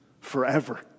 forever